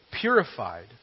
purified